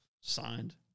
Signed